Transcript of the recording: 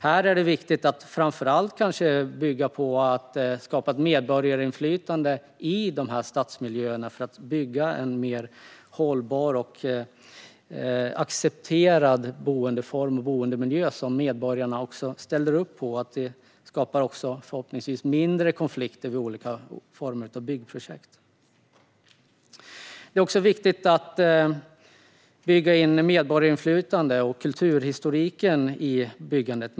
I det här sammanhanget är det framför allt viktigt att skapa medborgarinflytande i dessa stadsmiljöer. Därigenom kan man bygga en mer hållbar och accepterad boendeform och boendemiljö som medborgarna ställer upp på. Förhoppningsvis skapar detta också färre konflikter vid olika byggprojekt. Det är viktigt att bygga in ett medborgarinflytande och kulturhistorik i byggandet.